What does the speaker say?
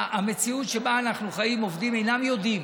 במציאות שבה אנחנו חיים עובדים אינם יודעים